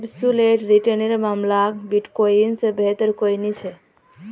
absolute return नेर मामला क बिटकॉइन से बेहतर कोई नी छे